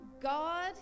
God